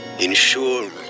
Ensure